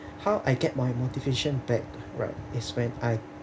how I get my motivations back right is when I